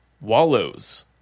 Wallows